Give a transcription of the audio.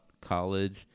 college